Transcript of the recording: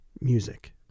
music